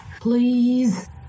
Please